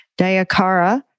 Dayakara